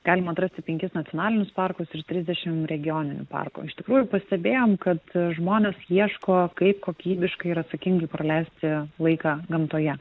galima atrasti penkis nacionalinius parkus ir trisdešim regioninių parkų iš tikrųjų pastebėjom kad žmonės ieško kaip kokybiškai ir atsakingai praleisti laiką gamtoje